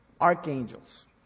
archangels